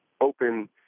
open